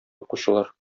укучылар